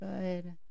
good